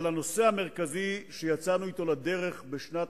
אבל הנושא המרכזי שיצאנו אתו לדרך בשנת